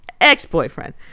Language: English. ex-boyfriend